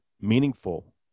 meaningful